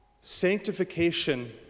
sanctification